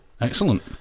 Excellent